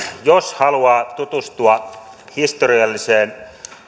jos haluaa tutustua historialliseen